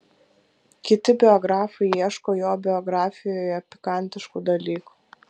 kiti biografai ieško jo biografijoje pikantiškų dalykų